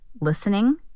listening